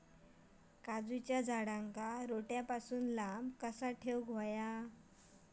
काजूच्या झाडांका रोट्या पासून लांब कसो दवरूचो?